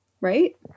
right